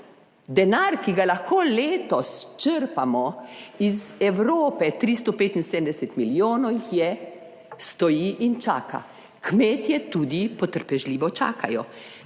Denar, ki ga lahko letos črpamo iz Evrope, 375 milijonov jih je, stoji in čaka. Kmetje tudi potrpežljivo čakajo.